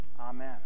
Amen